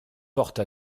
porte